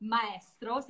Maestro